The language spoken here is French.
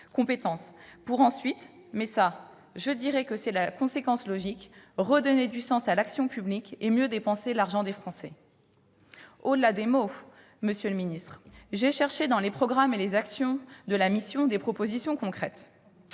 pour ensuite, mais ça, je dirais que c'est la conséquence logique, redonner du sens à l'action publique et mieux dépenser l'argent des Français. » Monsieur le secrétaire d'État, au-delà des mots, j'ai cherché dans les programmes et les actions de la mission des propositions concrètes.